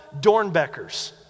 Dornbeckers